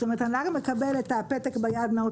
הנהג הפלסטיני מקבל את הפתק ביד שאומר מה הוא